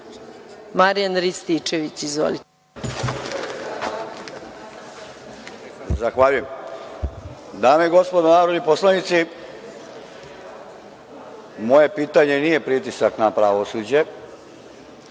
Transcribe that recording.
**Marijan Rističević** Zahvaljujem. Dame i gospodo narodni poslanici, moje pitanje nije pritisak na pravosuđe,